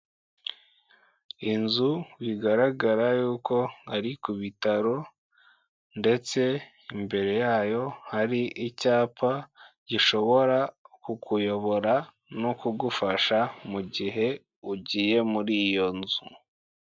Inzu bigaragara yuko ari ku bitaro ndetse imbere yayo hari icyapa gishobora kukuyobora no kugufasha mu gihe ugiye muri iyo nzu.